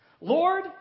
Lord